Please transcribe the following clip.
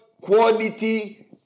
quality